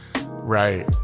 Right